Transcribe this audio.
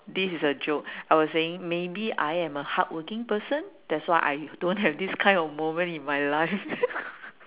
this is a joke I was saying maybe I am a hardworking person that's why I don't have this kind of moment in my life